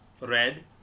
Red